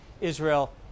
Israel